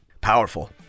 Powerful